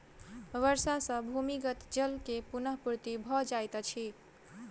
वर्षा सॅ भूमिगत जल के पुनःपूर्ति भ जाइत अछि